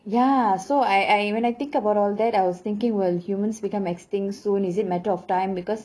ya so I I when I think about all that I was thinking will humans become extinct soon is it matter of time because